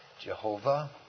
Jehovah